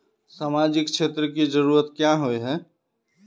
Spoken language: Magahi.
सामाजिक क्षेत्र की जरूरत क्याँ होय है?